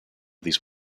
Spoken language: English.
these